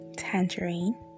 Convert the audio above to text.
tangerine